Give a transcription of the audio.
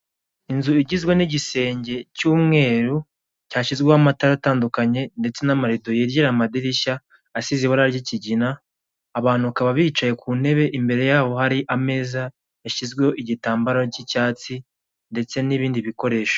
Inzu igizwe n'igisenge cy'umweru cyashyizweho amatara atandukanye ndetse n'amarido yegeye amadirishya asize ibara ry'ikigina, abantu bakaba bicaye ku ntebe imbere yabo hari ameza yashyizweho igitambaro cy'icyatsi ndetse n'ibindi bikoresho.